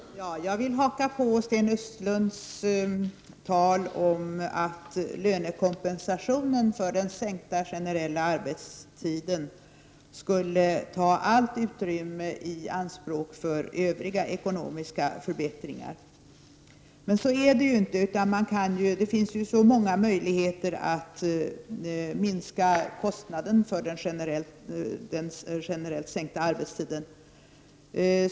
Herr talman! Jag vill haka på Sten Östlunds tal om att lönekompensationen för den sänkta generella arbetstiden skulle ta allt utrymme i anspråk för övriga ekonomiska förbättringar. Men så är det inte. Det finns så många möjligheter att minska kostnaden för den generellt sänkta arbetstiden.